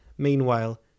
Meanwhile